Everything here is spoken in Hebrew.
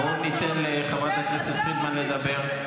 בואו ניתן לחברת הכנסת פרידמן לדבר.